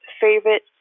favorite